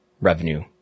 revenue